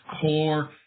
core